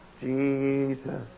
Jesus